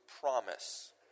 promise